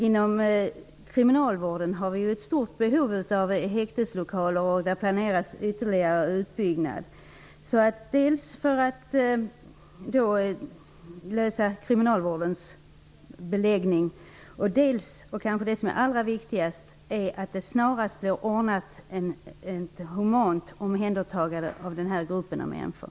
Inom kriminalvården finns det ett stort behov av häkteslokaler. Det planeras ytterligare utbyggnad för att dels klara av kriminalvårdens beläggning, dels -- och det är kanske det allra viktigaste -- snarast åstadkomma ett humant omhändertagande av den nu aktuella gruppen av människor.